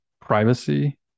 privacy